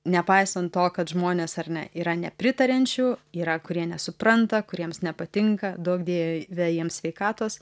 nepaisant to kad žmonės ar ne yra nepritariančių yra kurie nesupranta kuriems nepatinka duok dieve jiems sveikatos